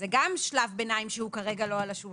זה גם שלב ביניים שהוא כרגע לא על השולחן.